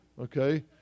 okay